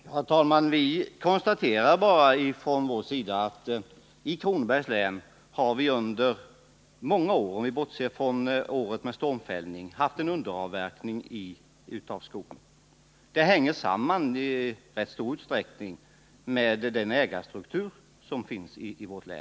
Herr talman! Vi konstaterar bara från vår sida att i Kronobergs län har vi under många år — om vi bortser från året med stormfällning — haft en underavverkning av skog. Det hänger i rätt stor utsträckning samman med ägarstrukturen i vårt län.